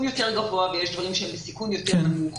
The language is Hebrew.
יותר גבוה ויש דברים שהם בסיכון יותר נמוך